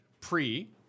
pre